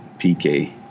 PK